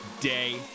day